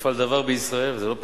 נפל דבר בישראל, וזה לא פשוט.